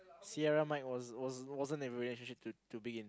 Sierra-Mike was wasn't a relationship to to begin